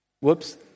whoops